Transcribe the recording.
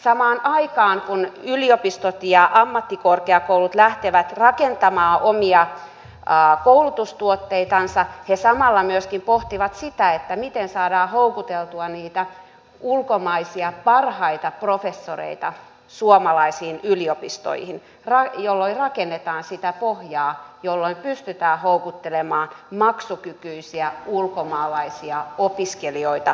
samaan aikaan kun yliopistot ja ammattikorkeakoulut lähtevät rakentamaan omia koulutustuotteitansa he samalla myöskin pohtivat sitä miten saadaan houkuteltua niitä ulkomaisia parhaita professoreita suomalaisiin yliopistoihin jolloin rakennetaan sitä pohjaa jolloin pystytään houkuttelemaan maksukykyisiä ulkomaalaisia opiskelijoita suomeen